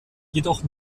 jedoch